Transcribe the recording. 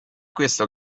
questo